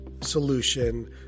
solution